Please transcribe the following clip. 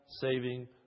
saving